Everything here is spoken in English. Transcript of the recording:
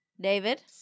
David